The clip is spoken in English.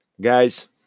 guys